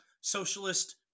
socialist